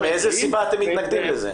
מאיזו סיבה אתם מתנגדים לזה?